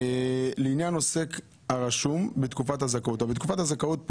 לעניין עוסק הרשום בתקופת הזכאות בתקופת הזכאות,